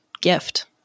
gift